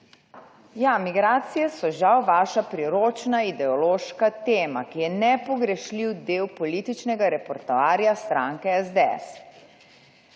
Ja, migracije so, žal, vaša priročna ideološka tema, ki je nepogrešljiv del političnega repertoarja stranke SDS.